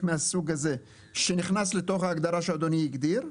מהסוג הזה שנכנס לתוך ההגדרה שאדוני הגדיר,